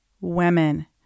Women